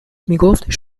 میگفت